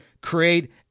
create